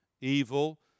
evil